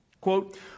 Quote